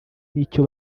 n’icyo